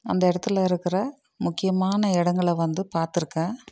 அந்த இடத்துல இருக்கிற முக்கியமான இடங்கள வந்து பார்த்துருக்கேன்